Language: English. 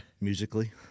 musically